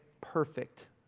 perfect